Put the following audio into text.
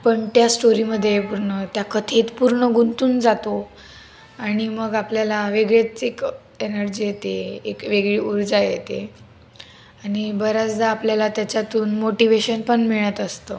पण त्या स्टोरीमध्ये पूर्ण त्या कथेत पूर्ण गुंतून जातो आणि मग आपल्याला वेगळेच एक एनर्जी येते एक वेगळी ऊर्जा येते आणि बऱ्याचदा आपल्याला त्याच्यातून मोटिवेशन पण मिळत असतं